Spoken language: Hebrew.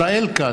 נגד ישראל כץ,